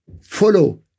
follow